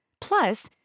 Plus